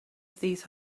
these